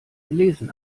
gelesen